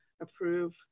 approve